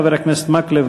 חבר הכנסת מקלב,